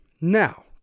Now